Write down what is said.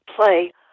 play